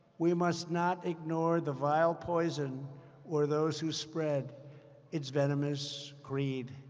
we must not ignore the vile poison or those who spread its venomous creed.